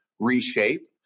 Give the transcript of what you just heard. reshape